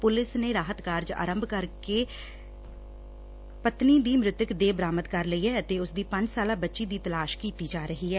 police ਨੇ ਰਾਹਤ ਕਾਰਜ ਆਰੰਭ ਕੇ ਰਾਜੁਬਾਪਾ ਦੀ ਪਤਨੀ ਦੀ ਮ੍ਰਿਤਕ ਦੇਹ ਬਰਾਮਦ ਕਰ ਲਈ ਐ ਅਤੇ ਉਸ ਦੀ ਪੰਜ ਸਾਲਾ ਬੱਚੀ ਦੀ ਤਲਾਸ਼ ਕੀਤੀ ਜਾ ਰਹੀ ਐ